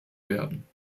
werden